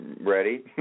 ready